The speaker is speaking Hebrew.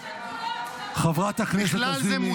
לפני חודש --- חברת הכנסת לזימי.